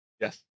Yes